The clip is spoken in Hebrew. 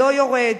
לא יורד.